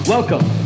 Welcome